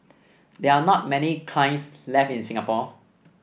there are not many kilns left in Singapore